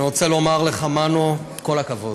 אני רוצה לומר לך, מנו: כל הכבוד.